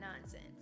nonsense